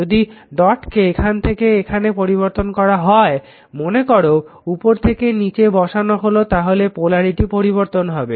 যদি ডটকে এখান থেকে এখানে পরিবর্তন করা হয় মনে করো উপর থেকে নিচে বসানো হলো তাহলে পোলারিটি পরিবর্তন হবে